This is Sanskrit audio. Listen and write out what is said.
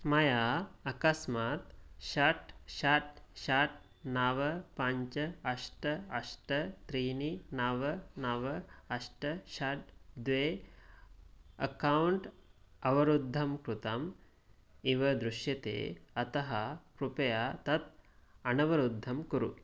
मया अकस्मात् षट् षट् षट् नव पञ्च अष्ट अष्ट त्रीणि नव नव अष्ट षट् द्वे अक्कौण्ट् अवरुद्धं कृतम् इव दृश्यते अतः कृपया तत् अनवरुद्धं कुरु